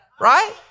Right